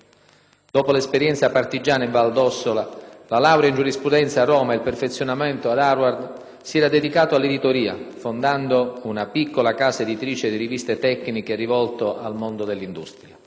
Dopo l'esperienza partigiana in Val d'Ossola, la laurea in giurisprudenza a Roma e il perfezionamento ad Harvard, si era dedicato all'editoria, fondando una piccola casa editrice di riviste tecniche rivolte al mondo dell'industria.